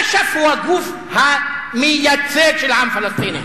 אש"ף הוא הגוף המייצג של העם הפלסטיני.